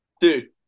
Dude